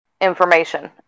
information